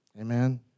Amen